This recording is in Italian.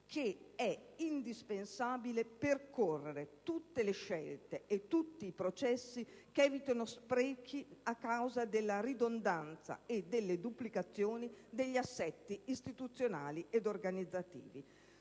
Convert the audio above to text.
che è indispensabile percorrere tutte le strade e tutti i processi che evitino gli sprechi causati dalla ridondanza e dalle duplicazioni degli assetti istituzionali e organizzativi.